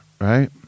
right